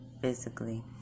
physically